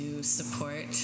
support